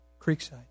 Creekside